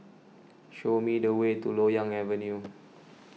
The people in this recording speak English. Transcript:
show me the way to Loyang Avenue